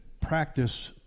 practice